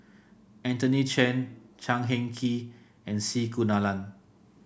Anthony Chen Chan Heng Chee and C Kunalan